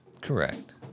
Correct